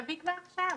תביא כבר עכשיו.